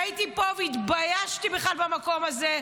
הייתי פה והתביישתי בכלל במקום הזה.